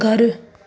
घरु